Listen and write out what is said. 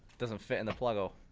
doesn't fit in the plug hole